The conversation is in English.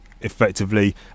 effectively